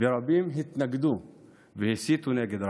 ורבים התנגדו והסיתו נגד רע"מ.